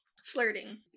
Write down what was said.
Flirting